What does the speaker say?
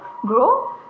grow